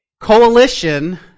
coalition